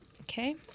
okay